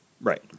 Right